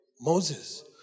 Moses